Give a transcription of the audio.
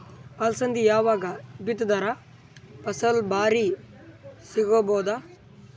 ಅಲಸಂದಿ ಯಾವಾಗ ಬಿತ್ತಿದರ ಫಸಲ ಭಾರಿ ಸಿಗಭೂದು?